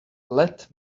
let